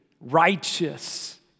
righteous